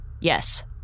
Yes